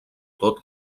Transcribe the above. tot